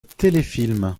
téléfilms